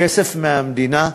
כסף מהמדינה,